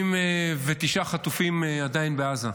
79 חטופים עדיין בעזה.